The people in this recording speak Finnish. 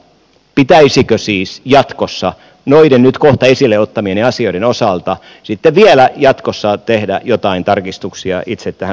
pitäisikö siis noiden nyt kohta esille ottamieni asioiden osalta sitten vielä jatkossa tehdä joitain tarkistuksia itse tähän lainsäädäntöön